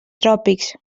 tròpics